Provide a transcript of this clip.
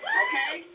okay